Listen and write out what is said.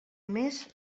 més